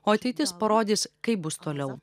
o ateitis parodys kaip bus toliau